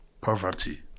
poverty